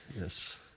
yes